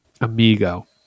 amigo